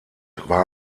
war